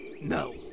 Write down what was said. No